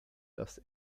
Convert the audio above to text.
dass